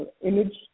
image